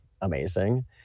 amazing